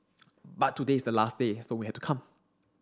but today is the last day so we had to come